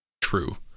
true